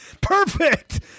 Perfect